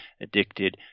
addicted